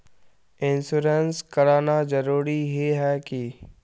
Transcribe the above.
Insurance कराना जरूरी ही है की?